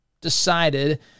decided